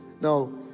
No